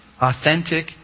authentic